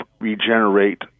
regenerate